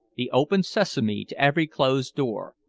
the open sesame to every closed door,